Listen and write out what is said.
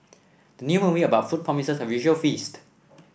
the new movie about food promises a visual feast